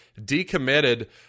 decommitted